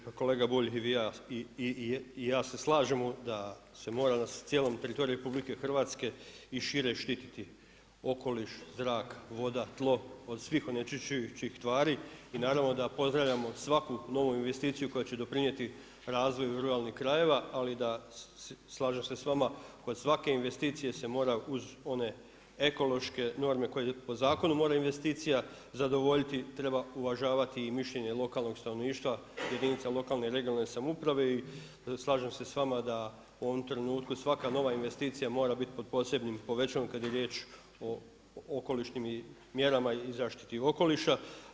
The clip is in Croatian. Pa kolega Bulj, i vi i ja se slažemo da se mora na cijelom teritoriju RH i šire štititi okoliš, zrak, voda, tlo, od svih onečišćujućih tvari i naravno da pozdravljamo svaku novu investiciju koja će doprinijeti razvoju ruralnih krajeva ali da, slažem se sa vama, kod svake investicije se mora uz one ekološke norme koje po zakonu moraju investicija zadovoljiti, treba uvažavati i mišljenje lokalnog stanovništva jedinica lokalne i regionalne samouprave i slažem se s vama u ovom trenutku svaka nova investicija mora biti pod posebnim povećalom kad je riječ o okolišnim mjerama i zaštiti okoliša.